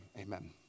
amen